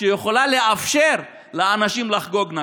שיכולה לאפשר לאנשים לחגוג נכבה.